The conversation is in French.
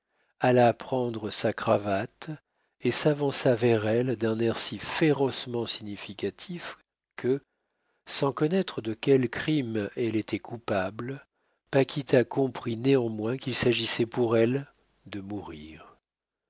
alla prendre sa cravate et s'avança vers elle d'un air si férocement significatif que sans connaître de quel crime elle était coupable paquita comprit néanmoins qu'il s'agissait pour elle de mourir